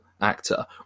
actor